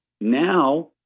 Now